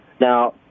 Now